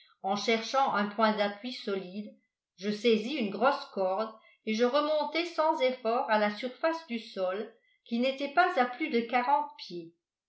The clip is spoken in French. en cherchant un point d'appui solide je saisis une grosse corde et je remontai sans effort à la surface du sol qui n'était pas à plus de quarante pieds